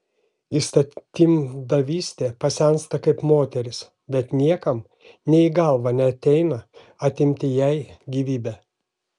įstatymdavystė pasensta kaip moteris bet niekam nė į galvą neateina atimti jai gyvybę